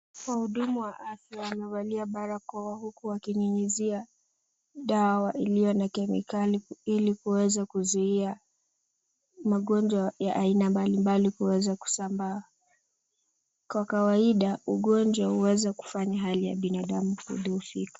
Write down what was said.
Wahudumu wa afya wanavalia barakoa huku wakinyunyizia dawa iliyo na kemikali ili kuweza kuzuia magonjwa a aina mbalimbali kuweza kusambaa. Kwa kawaida ugonjwa huweza kufanya hali ya binadamu kudhoofika.